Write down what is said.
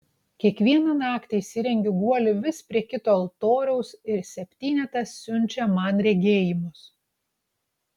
kiekvieną naktį įsirengiu guolį vis prie kito altoriaus ir septynetas siunčia man regėjimus